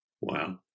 Wow